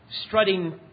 strutting